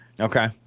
Okay